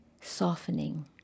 Softening